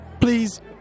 please